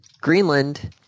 Greenland